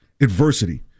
Adversity